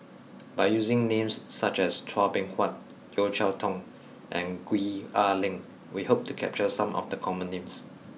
by using names such as Chua Beng Huat Yeo Cheow Tong and Gwee Ah Leng we hope to capture some of the common names